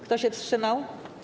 Kto się wstrzymał?